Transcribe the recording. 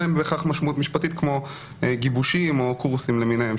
להם בהכרח משמעות משפטית כמו גיבושים או קורסים למיניהם,